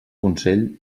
consell